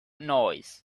noise